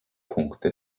punkte